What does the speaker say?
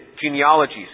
genealogies